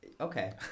Okay